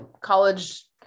college